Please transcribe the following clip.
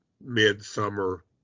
mid-summer